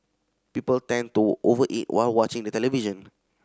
people tend to over eat while watching the television